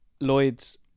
Lloyd's